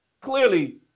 clearly